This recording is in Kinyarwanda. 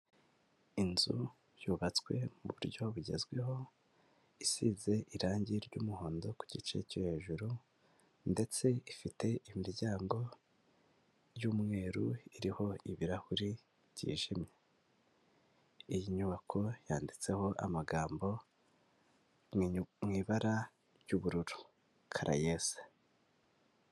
Inzu yubatswe mu buryo bugezweho isize irangi ry'umuhondo ku gice cyo hejuru ndetse ifite imiryango y'umweru iriho ibirahuri byijimye, iyi nyubako yanditseho amagambo mu ibara ry'ubururu karayese.